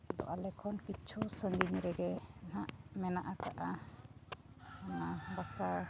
ᱟᱫᱚ ᱟᱞᱮ ᱠᱷᱚᱱ ᱠᱤᱪᱷᱩ ᱥᱟᱺᱜᱤᱧ ᱨᱮᱜᱮ ᱱᱟᱦᱟᱜ ᱢᱮᱱᱟᱜ ᱟᱠᱟᱫᱼᱟ ᱚᱱᱟ ᱵᱟᱥᱟ